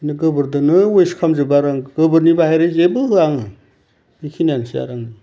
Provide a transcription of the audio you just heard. गोबोरजोंनो वेस खालाम जोबो आरो आङो गोबोरनि बाहेरै जेबो होया आङो बेखिनियानोसै आरो आंनि